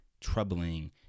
troubling